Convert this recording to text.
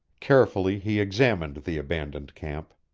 carefully he examined the abandoned camp.